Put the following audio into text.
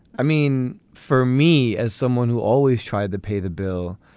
i mean for me as someone who always tried to pay the bill.